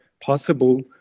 possible